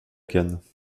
cannes